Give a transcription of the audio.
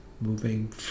moving